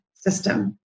system